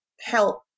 help